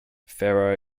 farrow